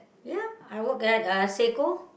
ya I work at uh Seiko